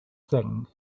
thing